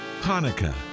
Hanukkah